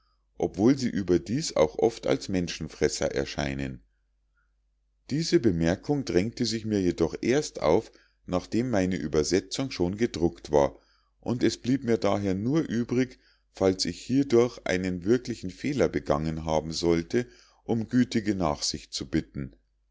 obwohl sie überdies auch oft als menschenfresser erscheinen diese bemerkung drängte sich mir jedoch erst auf nachdem meine übersetzung schon gedruckt war und es bleibt mir daher nur übrig falls ich hiedurch einen wirklichen fehler begangen haben sollte um gütige nachsicht zu bitten